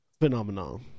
phenomenon